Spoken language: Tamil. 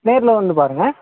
நேரில் வந்து பாருங்கள்